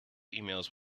emails